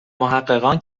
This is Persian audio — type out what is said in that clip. محققان